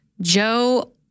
Joe